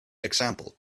example